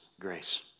grace